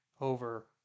over